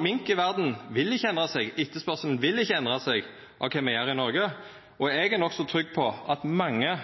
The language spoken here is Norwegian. mink i verda vil ikkje endra seg, etterspurnaden vil ikkje endra seg av kva me gjer i Noreg, og eg er nokså trygg på at mange,